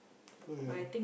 look here